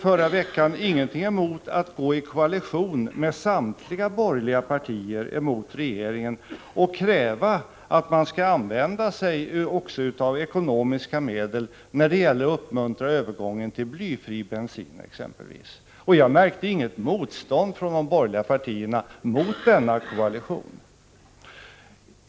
Förra veckan hade vi ingenting emot att gå i koalition med samtliga borgerliga partier emot regeringen och kräva att man också skulle använda sig av ekonomiska medel för att uppmuntra övergången till blyfri bensin exempelvis. Jag märkte inget motstånd från de borgerliga partierna mot den koalitionen.